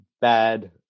bad